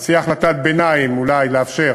אז תהיה החלטת ביניים, אולי, לאפשר